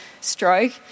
stroke